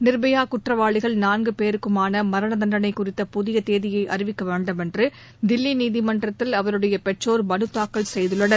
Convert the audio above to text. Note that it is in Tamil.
நிர்பயா குற்றவாளிகள் நான்கு பேருக்குமான மரண தண்டனை குறித்த புதிய தேதியை அறிவிக்க வேண்டுமென்ற தில்லி நீதிமன்றத்தில் அவருடைய பெற்றோர் மனுதாக்கல் செய்துள்ளனர்